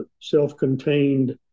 self-contained